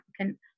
applicant